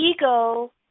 Ego